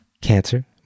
cancer